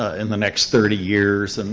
in the next thirty years. and